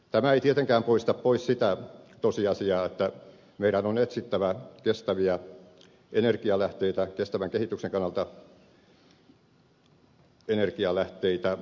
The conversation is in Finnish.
tämä ei tietenkään poista sitä tosiasiaa että meidän on etsittävä kestäviä energialähteitä kestävän kehityksen kannalta